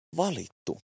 valittu